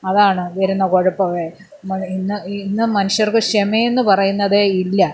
അതാണ് വരുന്ന കുഴപ്പവേ ഇന്ന് ഇന്ന് മനുഷ്യർക്ക് ക്ഷമയെന്ന് പറയുന്നതേ ഇല്ല